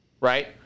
Right